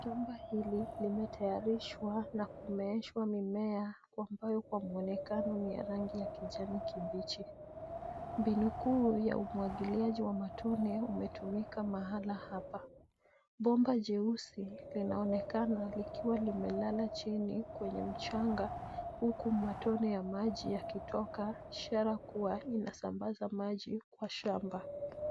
Bomba hili limetayarishwa na kumeshwa mimea ambayo kwa muonekano ni rangi ya kijani kibichi ,mbinu kuu ya umwagiliaji wa matone umetumika mahala hapa bomba jeusi linaonekana likiwa limelala chini kwenye mchanga huku matone ya maji yakitoka, ishara kuwa inasambaza maji kwa shamba.